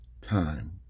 time